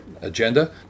agenda